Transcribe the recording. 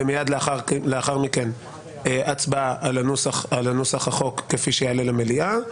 ומיד לאחר מכן הצבעה על נוסח החוק כפי שיעלה למליאה,